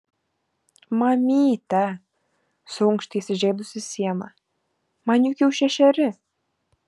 mamyte suunkštė įsižeidusi siena man juk jau šešeri